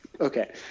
Okay